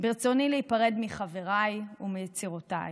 ברצוני להיפרד מחבריי ומיצירותיי.